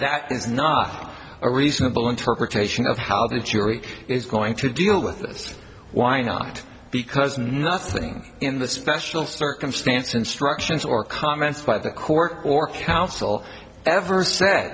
that is not a reasonable interpretation of how the jury is going to deal with why not because nothing in the special circumstance instructions or comments by the court or counsel ever sa